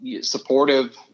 supportive